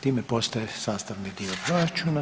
Time postaje sastavni dio proračuna.